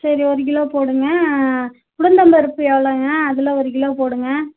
சரி ஒரு கிலோ போடுங்கள் உளுந்தம்பருப்பு எவ்வளோங்க அதில் ஒரு கிலோ போடுங்கள்